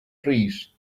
trees